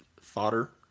fodder